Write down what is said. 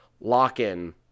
lock-in